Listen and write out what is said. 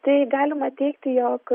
tai galima teigti jog